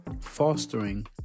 Fostering